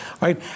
right